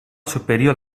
superior